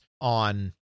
on